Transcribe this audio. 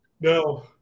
No